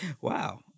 Wow